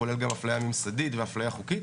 כולל אפליה ממסדית ואפליה חוקית,